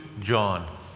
John